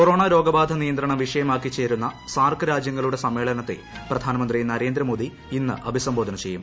corona രോഗബാധ നിയന്ത്രണം വിഷയമാക്കി ചേരുന്ന സാർക്ക് രാജ്യങ്ങളുടെ സമ്മേളനത്തെ പ്രധാനമന്ത്രി നീര്യേന്ദ്രമോദി ഇന്ന് അഭിസംബോധന ചെയ്യും